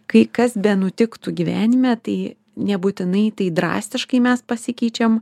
kai kas benutiktų gyvenime tai nebūtinai tai drastiškai mes pasikeičiam